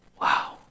wow